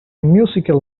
musical